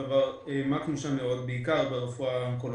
העמקנו שם מאוד, בעיקר ברפואה האונקולוגית.